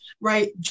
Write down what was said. right